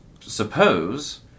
suppose